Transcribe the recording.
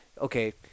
Okay